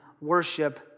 worship